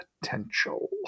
potential